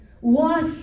wash